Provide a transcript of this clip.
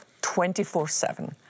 24/7